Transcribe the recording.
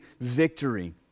victory